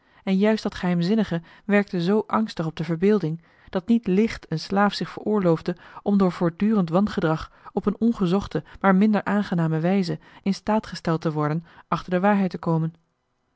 en juist dat geheimzinnige werkte zoo angstig op de verbeelding dat niet licht een slaaf zich veroorloofde om door voortdurend wangedrag op een ongezochte maar minder aangename wijze in staat gesteld te worden achter de waarheid te komen